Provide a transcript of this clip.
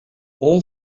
all